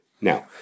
Now